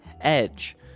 Edge